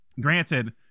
Granted